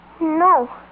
No